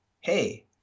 hey